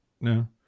no